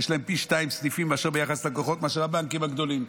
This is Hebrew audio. יש להם פי שניים סניפים ביחס ללקוחות מאשר הבנקים הגדולים,